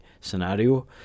scenario